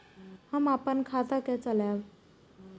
हम अपन खाता के चलाब?